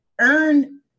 EARN